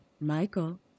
Michael